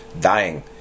dying